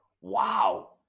Wow